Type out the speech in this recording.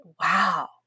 Wow